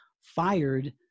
fired